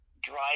drive